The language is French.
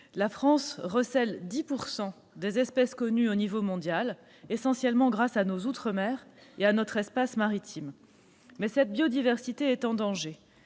puisqu'elle recèle 10 % des espèces connues au niveau mondial, essentiellement grâce à nos outre-mer et à notre espace maritime. Mais cette biodiversité est en danger.